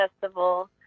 Festival